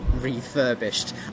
refurbished